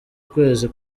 kwezi